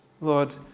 Lord